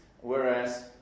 whereas